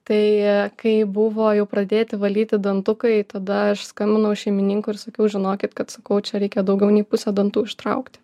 tai kai buvo jau pradėti valyti dantukai tada aš skambinau šeimininkui ir sakiau žinokit kad sakau čia reikia daugiau nei pusę dantų ištraukti